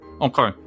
Okay